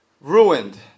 Ruined